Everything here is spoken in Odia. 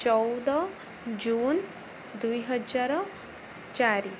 ଚଉଦ ଜୁନ ଦୁଇ ହଜାର ଚାରି